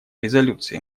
резолюции